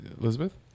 Elizabeth